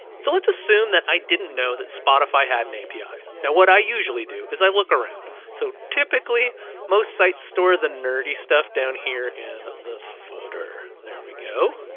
so let's assume that i didn't know that spotify had an api. now, what i usually do is i look around. so typically most sites store the nerdy stuff down here in the footer. there we go.